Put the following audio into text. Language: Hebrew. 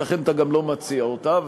ולכן אתה גם לא מציע אותה.